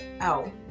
out